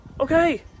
Okay